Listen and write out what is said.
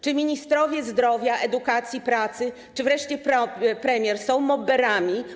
Czy ministrowie zdrowia, edukacji, pracy czy wreszcie premier są mobberami?